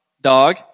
Dog